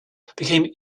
became